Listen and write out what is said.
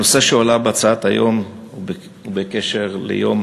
הנושא שהועלה בהצעות לסדר-היום בקשר ליום